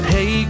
Hey